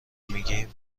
میگیم